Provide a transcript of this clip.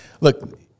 look